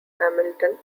hamilton